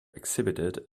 exhibited